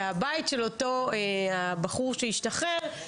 והבית של אותו בחור שהשתחרר,